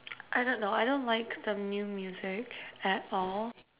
I don't know I don't like the new music at all